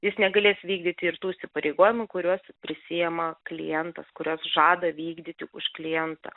jis negalės vykdyti ir tų įsipareigojimų kuriuos prisiima klientas kuriuos žada vykdyti už klientą